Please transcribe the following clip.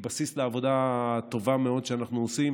היא בסיס לעבודה טובה מאוד שאנחנו עושים